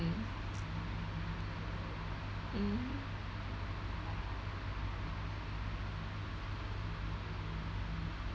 mm mm